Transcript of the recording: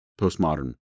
postmodern